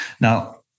Now